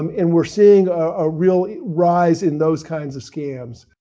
um and we're seeing a real rise in those kinds of scams.